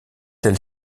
elle